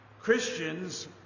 Christians